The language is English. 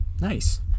Nice